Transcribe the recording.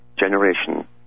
generation